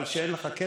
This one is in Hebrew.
על זה שאין לך כסף?